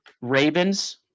Ravens